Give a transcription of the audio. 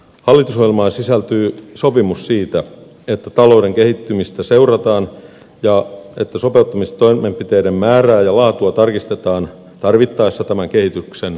hallitusohjelman sisältyy sopimus siitä että talouden kehittymistä seurataan ja että sopeuttamistoimenpiteiden määrää ja laatua tarkistetaan tarvittaessa tämän kehityksen mukaisesti